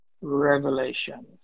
Revelation